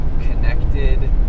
connected